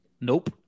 Nope